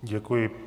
Děkuji.